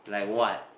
okay